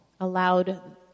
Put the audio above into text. allowed